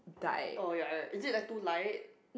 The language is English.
oh ya is it the two light